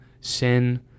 sin